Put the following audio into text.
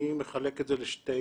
אני מחלק את זה לשתי